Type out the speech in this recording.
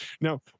now